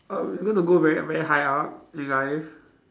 um going to go very very high up in life